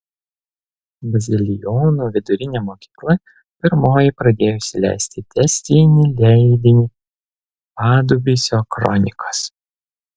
bazilionų vidurinė mokykla pirmoji pradėjusi leisti tęstinį leidinį padubysio kronikos